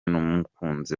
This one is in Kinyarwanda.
n’umukunzi